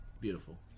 beautiful